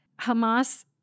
Hamas